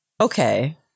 Okay